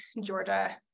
Georgia